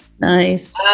Nice